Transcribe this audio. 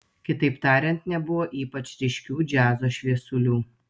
kitaip tariant nebuvo ypač ryškių džiazo šviesulių